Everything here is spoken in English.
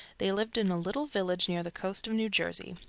they lived in a little village near the coast of new jersey.